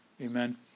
Amen